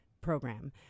program